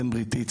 בן בריתי,